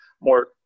more